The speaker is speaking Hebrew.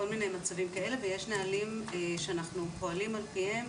ויש נהלים שאנחנו פועלים על פיהם